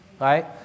Right